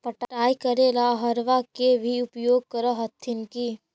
पटाय करे ला अहर्बा के भी उपयोग कर हखिन की?